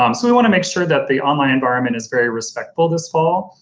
um so, we want to make sure that the online environment is very respectful this fall.